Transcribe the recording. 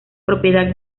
propiedad